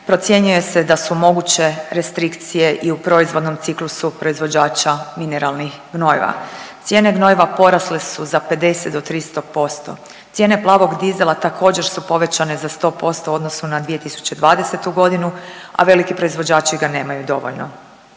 procjenjuje se da su moguće restrikcije i u proizvodnom ciklusu proizvođača mineralnih gnojiva. Cijene gnojiva porasle su za 50 do 300%. Cijene plavog dizela također su povećane za 100% u odnosu na 2020. godinu, a veliki proizvođači ga nemaju dovoljno.